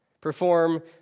perform